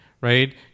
right